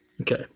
Okay